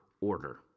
order